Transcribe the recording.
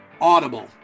Audible